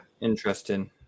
interesting